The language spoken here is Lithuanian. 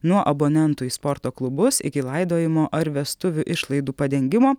nuo abonentų į sporto klubus iki laidojimo ar vestuvių išlaidų padengimo